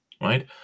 right